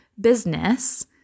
business